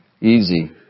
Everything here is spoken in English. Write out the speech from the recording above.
easy